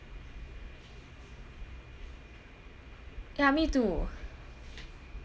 ya me too